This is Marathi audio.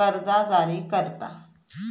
कर्जा जारी करता